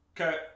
Okay